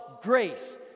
grace